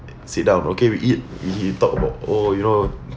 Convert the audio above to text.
sit down okay we eat then he talked about oh you know